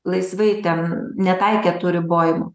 laisvai ten netaikė tų ribojimų